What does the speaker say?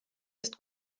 ist